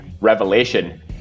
Revelation